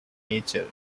nature